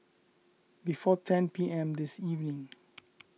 before ten P M this evening